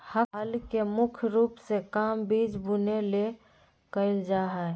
हल के मुख्य रूप से काम बिज बुने ले कयल जा हइ